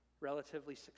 relatively